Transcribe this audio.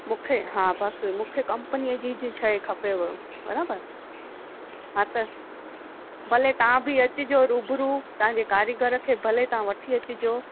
मूंखे हा बसि मूंखे कंपनीअ जी जी शइ खपेव बराबरि हा त भले तव्हां बि अचिजो रूबरू तव्हांजे कारीगर खे भले तव्हां वठी अचिजो